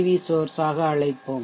we source ஆக அழைப்போம்